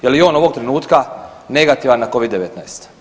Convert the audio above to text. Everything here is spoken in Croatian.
Je li on ovoga trenutka negativan na Covid-19?